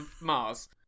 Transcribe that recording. Mars